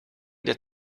that